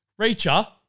Reacher